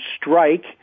Strike